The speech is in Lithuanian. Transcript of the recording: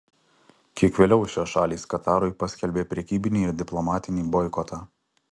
kiek vėliau šios šalys katarui paskelbė prekybinį ir diplomatinį boikotą